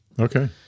Okay